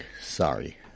sorry